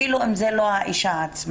אפילו אם זה לא האישה עצמה,